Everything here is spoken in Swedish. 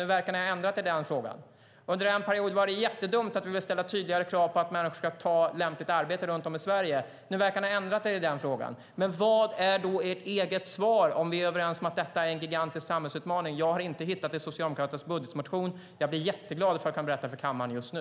Nu verkar ni ha ändrat er i den frågan. Under en period var det jättedumt att vi ville ställa tydligare krav på att människor ska ta ett lämpligt arbete runt om i Sverige. Nu verkar ni ha ändrat er i den frågan. Men vad är då ert eget svar, om vi är överens om att detta är en gigantisk samhällsutmaning? Jag har inte hittat det i Socialdemokraternas budgetmotion. Jag blir jätteglad om ni kan berätta det för kammaren just nu.